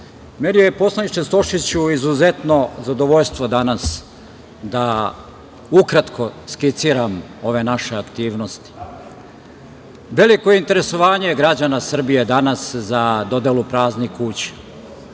je, poslaniče Stošiću, izuzetno zadovoljstvo danas da ukratko skiciram ove naše aktivnosti. Veliko je interesovanje građana Srbije danas za dodelu praznih kuća.